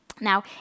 Now